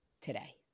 today